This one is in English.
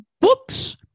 books